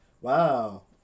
wow